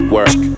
Work